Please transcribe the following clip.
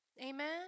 Amen